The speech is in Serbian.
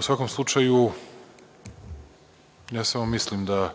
svakom slučaju, ja samo mislim da